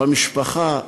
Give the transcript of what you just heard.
במשפחה,